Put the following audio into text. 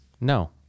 no